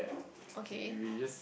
okay